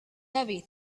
heavy